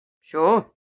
sure